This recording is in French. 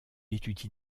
étudie